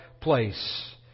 place